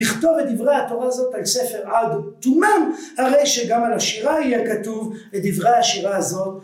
לכתוב את דברי התורה הזאת על ספר אגו תומן הרי שגם על השירה יהיה כתוב את דברי השירה הזאת